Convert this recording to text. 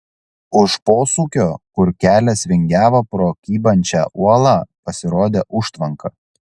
už posūkio kur kelias vingiavo pro kybančią uolą pasirodė užtvanka